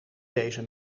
deze